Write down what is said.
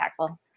impactful